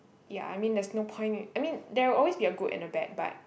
ya I mean there's no point in I mean there will always be a good and a bad but